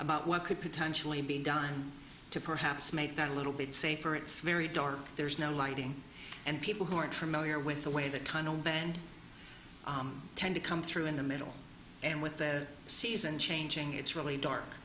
about what could potentially be done to perhaps make that a little bit safer it's very dark there's no lighting and people who aren't familiar with the way that kind of band tend to come through in the middle and with the season changing it's really dark